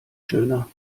schöner